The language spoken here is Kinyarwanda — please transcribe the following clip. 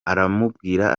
aramubwira